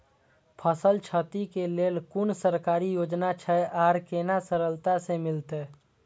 फसल छति के लेल कुन सरकारी योजना छै आर केना सरलता से मिलते?